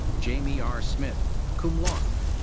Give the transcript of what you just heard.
jamie r. smith, cum laude.